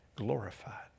glorified